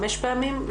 חמש פעמים?